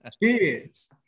kids